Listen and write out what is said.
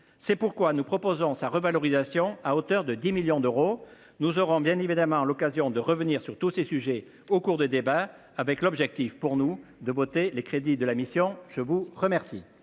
C’est pourquoi nous proposons sa revalorisation à hauteur de 10 millions d’euros. Nous aurons bien évidemment l’occasion de revenir sur tous ces sujets au cours de nos débats, avec l’objectif, pour ce qui nous concerne, de voter les crédits de la mission. La parole